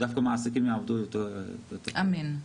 אמן.